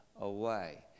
away